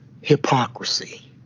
hypocrisy